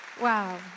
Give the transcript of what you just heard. Wow